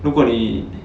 如果你